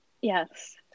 Yes